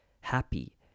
happy